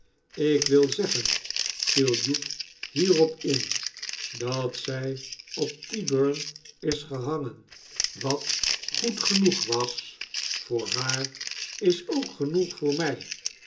ik wil zeggen viel hugh hierop in sdat zij op tyburn is gehangen wat goed genoeg was voor haar is ook goed genoeg voor mij